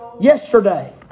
Yesterday